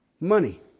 money